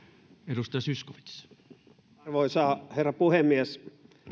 arvoisa herra puhemies